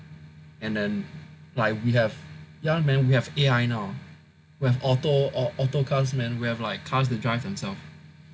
and then like we have ya man we have A_I now we have auto cars man we have like cars that drive themselves